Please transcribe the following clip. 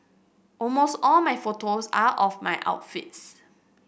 almost all my photos are of my outfits